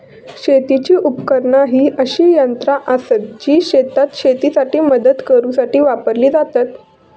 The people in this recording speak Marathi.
शेतीची उपकरणा ही अशी यंत्रा आसत जी शेतात शेतीसाठी मदत करूसाठी वापरली जातत